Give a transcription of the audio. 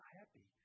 happy